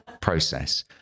process